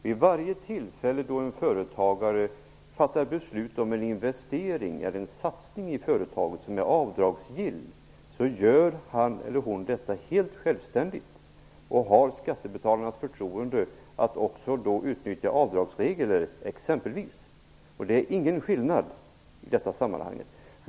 Vid varje tillfälle då en företagare fattar beslut om en investering eller en satsning i företaget som är avdragsgill gör han eller hon detta helt självständigt och har skattebetalarnas förtroende att också utnyttja exempelvis avdragsregler. Det är ingen skillnad i detta sammanhang.